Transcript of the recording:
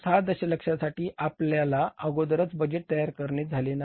6 दशलक्षासाठी आपल्याला अगोदरच बजेट तयार करणे झाले नाही